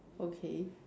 okay